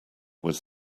was